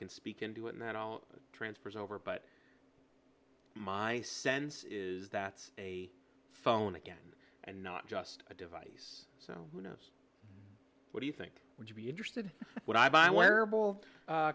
can speak into it and that transfers over but my sense is that a phone again and not just a device so who knows what do you think would you be interested in what i buy